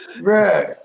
Right